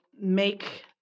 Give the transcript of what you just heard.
make